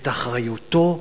ואת אחריותו,